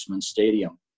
Stadium